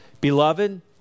Beloved